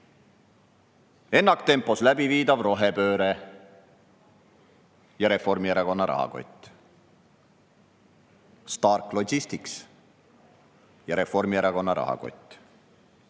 Ennaktempos läbiviidav rohepööre ja Reformierakonna rahakott. Stark Logistics ja Reformierakonna rahakott.